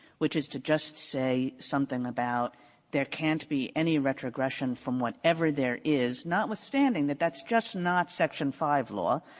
which is to just say something about there can't be any retrogression from whatever there is, notwithstanding that that's just not section five law,